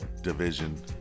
division